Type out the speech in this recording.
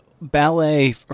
Ballet